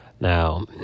Now